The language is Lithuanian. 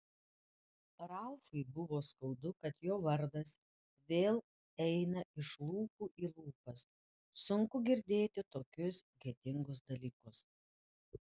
ralfui buvo skaudu kad jo vardas vėl eina iš lūpų į lūpas sunku girdėti tokius gėdingus dalykus